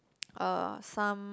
uh some